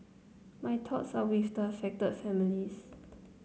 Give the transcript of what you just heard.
my thoughts are with the affected families